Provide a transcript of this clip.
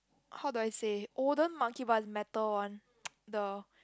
how do I say olden monkey bars metal [one] the